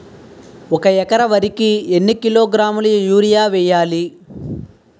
ఒక ఎకర వరి కు ఎన్ని కిలోగ్రాముల యూరియా వెయ్యాలి?